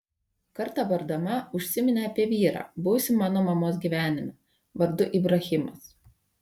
kartą bardama užsiminė apie vyrą buvusį mano mamos gyvenime vardu ibrahimas